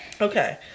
Okay